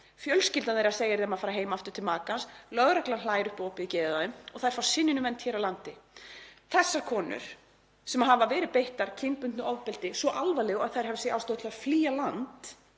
Fjölskyldan þeirra segir þeim að fara heim aftur til makans. Lögreglan hlær upp í opið geðið á þeim og þær fá synjun um vernd hér á landi. Þessar konur sem hafa verið beittar kynbundnu ofbeldi, svo alvarlegu að þær hafa séð ástæðu til að flýja land,